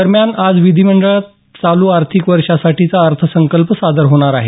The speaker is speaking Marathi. दरम्यान आज विधिमंडळात चालू आर्थिक वर्षासाठीचा अर्थसंकल्प सादर होणार आहे